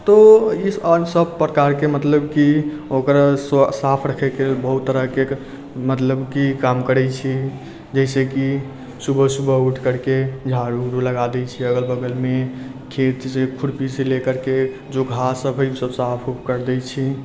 तऽ ई सभ प्रकार के मतलब कि ओकर सऽ साफ रखै के लेल बहुत तरहके मतलब कि काम करै छी जैसे कि सुबह सुबह उठकर के झाडू उड़ू लगा दै छियै अगल बगल मे खेत से खुरपी से लेकरके जो घास सभ हय ओ सभ साफ उफ कर दै छी